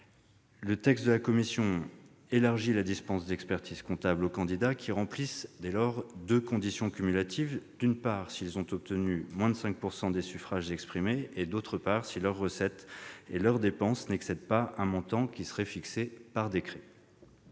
Le texte de la commission élargit la dispense d'expertise-comptable aux candidats qui remplissent deux conditions cumulatives : d'une part, s'ils ont obtenu moins de 5 % des suffrages exprimés ; d'autre part, si leurs recettes et leurs dépenses n'excèdent pas un montant fixé par décret.